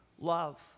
love